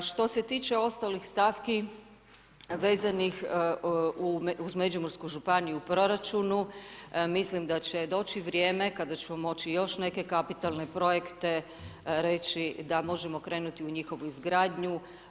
Što se tiče ostalih stavki vezanih uz Međimursku županiju u proračunu mislim da će doći vrijeme kada ćemo moći još neke kapitalne projekte reći da možemo krenuti u njihovu izgradnju.